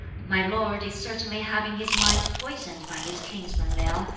my lord is certainly having his mind poisoned by his kinsman liau,